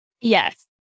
Yes